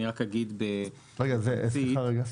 אני רק אגיד -- סליחה רגע,